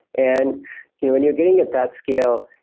and you know when you're getting at that scale,